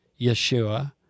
Yeshua